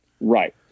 Right